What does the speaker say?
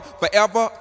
forever